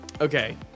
Okay